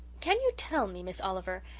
can you tell me, miss oliver,